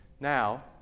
Now